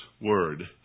word